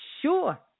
sure